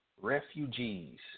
Refugees